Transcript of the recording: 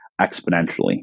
exponentially